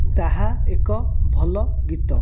ତାହା ଏକ ଭଲ ଗୀତ